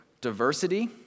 diversity